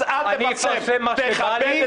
אל תחלק לי ציונים,